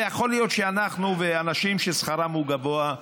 ויכול להיות שאנחנו ואנשים ששכרם גבוה,